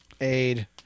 aid